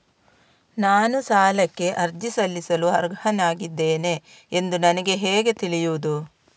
ನಾನು ಸಾಲಕ್ಕೆ ಅರ್ಜಿ ಸಲ್ಲಿಸಲು ಅರ್ಹನಾಗಿದ್ದೇನೆ ಎಂದು ನನಗೆ ಹೇಗೆ ತಿಳಿಯುದು?